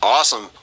Awesome